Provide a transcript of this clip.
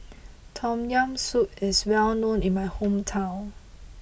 Tom Yam Soup is well known in my hometown